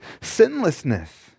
sinlessness